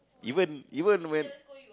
even even when